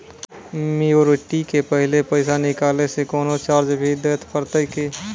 Maturity के पहले पैसा निकालै से कोनो चार्ज भी देत परतै की?